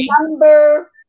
Number